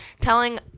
telling